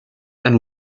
and